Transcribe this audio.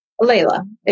Layla